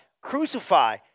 crucify